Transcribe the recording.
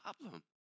problem